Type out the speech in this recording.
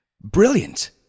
Brilliant